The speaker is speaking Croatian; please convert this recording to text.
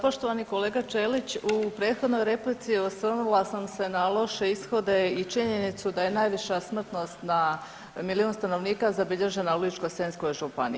Poštovani kolega Ćelić, u prethodnoj replici osvrnula sam se na loše ishode i činjenicu da je najviša smrtnost na milijun stanovnika zabilježena u Ličko-senjskoj županiji.